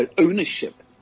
ownership